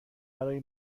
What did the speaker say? برای